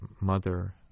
mother